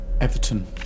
Everton